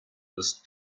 los